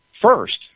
first